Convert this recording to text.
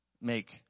make